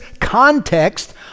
context